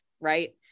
Right